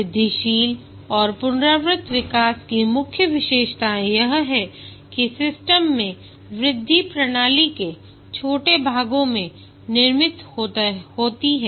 वृद्धिशील और पुनरावृत्त विकास की मुख्य विशेषताएं यह है कि सिस्टम में वृद्धि प्रणाली के छोटे भागों में निर्मित होती है